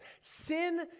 Sin